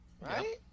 right